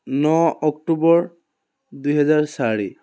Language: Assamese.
ন অক্টোবৰ দুহেজাৰ চাৰি